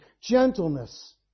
gentleness